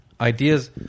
ideas